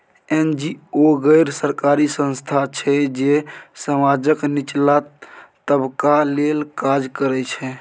NGO गैर सरकारी संस्था छै जे समाजक निचला तबका लेल काज करय छै